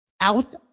Out